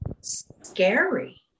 scary